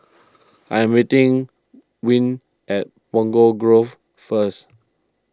I am meeting Wm at Punggol Grove first